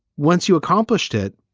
once you accomplished it.